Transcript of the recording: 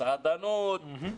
מסעדנות,